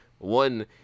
One